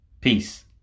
Peace